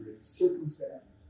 circumstances